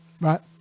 Right